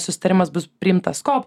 susitarimas bus priimtas kop